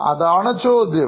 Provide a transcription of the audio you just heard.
അതാണ്ചോദ്യം